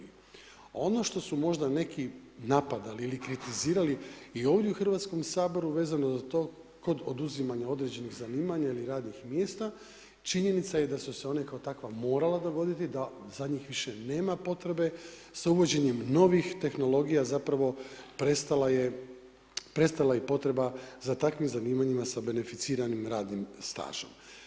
Ono što su možda neki napadali ili kritizirali i ovdje u Hrvatskom saboru vezano za to kod oduzimanja određenih zanimanja ili radnih mjesta, činjenica je da su se ona kao takva morala dogoditi, da za njih više nema potrebe sa uvođenjem novih tehnologija zapravo prestala je i potreba za takvim zanimanjima sa beneficiranim radnim stažom.